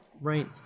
right